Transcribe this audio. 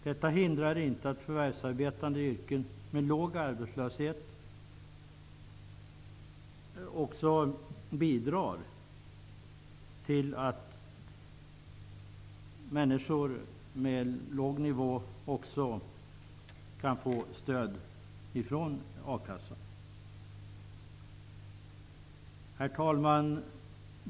Detta hindrar inte att förvärvsarbetande i yrken med låg arbetslöshet också kan bidra till att människor som har drabbats av arbetslöshet får stöd från a-kassan. Herr talman!